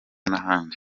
n’ahandi